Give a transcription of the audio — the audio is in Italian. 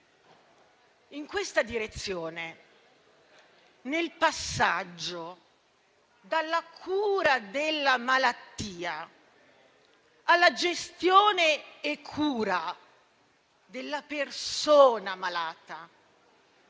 In questa direzione, nel passaggio dalla cura della malattia alla gestione e cura della persona malata,